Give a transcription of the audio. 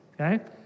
Okay